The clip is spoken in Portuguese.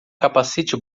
capacete